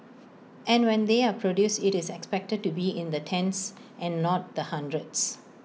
and when they are produced IT is expected to be in the tens and not the hundreds